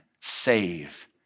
save